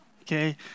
okay